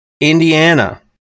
Indiana